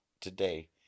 today